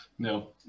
No